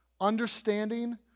understanding